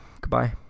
Goodbye